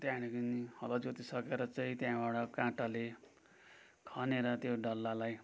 त्याँदेखिन् हलो जोतिसकेर चाहिँ त्यहाँबाट काँटाले खनेर त्यो डल्लालाई